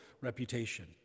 reputation